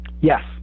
Yes